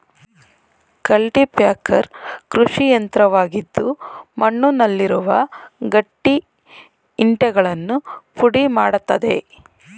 cultipacker ಕೃಷಿಯಂತ್ರವಾಗಿದ್ದು ಮಣ್ಣುನಲ್ಲಿರುವ ಗಟ್ಟಿ ಇಂಟೆಗಳನ್ನು ಪುಡಿ ಮಾಡತ್ತದೆ